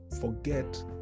forget